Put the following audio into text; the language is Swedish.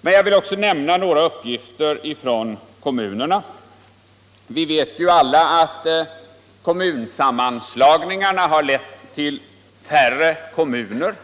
Men jag vill också nämna några uppgifter från kommunerna. Vi vet alla att kommunsammanslagningarna har lett till färre kommuner.